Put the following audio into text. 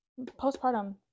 postpartum